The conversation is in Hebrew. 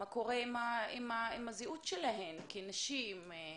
מה קורה עם הזהות שלהן כנשים - מחלות,